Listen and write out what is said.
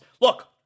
Look